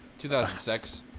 2006